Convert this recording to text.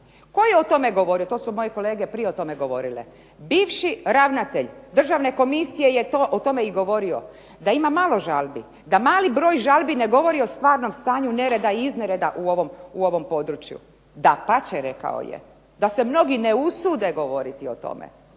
Tko je o tome govorio? To su moje kolege prije o tome govorile. Bivši ravnatelj Državne komisije je o tome i govorio. Da ima malo žalbi, da mali broj žalbi ne govori o stvarnom stanju nereda i iznereda u ovom području. Dapače, rekao je da se mnogi ne usude govoriti o tome.